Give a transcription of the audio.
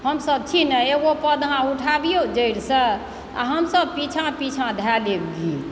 हमसभ छी नऽ एगो पद अहाँ उठाबिऔ जड़िसँ आ हमसभ पीछाँ पीछाँ धै लेब गीत